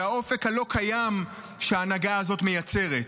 והאופק הלא-קיים שההנהגה הזאת מייצרת.